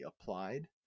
applied